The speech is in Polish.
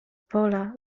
pola